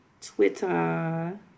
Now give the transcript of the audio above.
twitter